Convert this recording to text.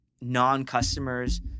non-customers